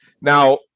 Now